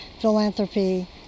philanthropy